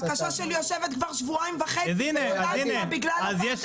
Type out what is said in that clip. הבקשה שלי יושבת כבר שבועיים וחצי בגלל הוועדה הזאת.